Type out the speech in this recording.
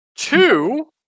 Two